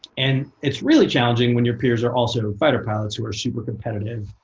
and it's really challenging when your peers are also fighter pilots who are super competitive,